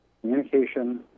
communication